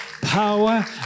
power